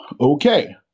Okay